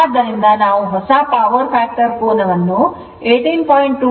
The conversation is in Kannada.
ಆದ್ದರಿಂದ ನಾವು ಹೊಸ ಪವರ್ ಫ್ಯಾಕ್ಟರ್ ಕೋನವನ್ನು 18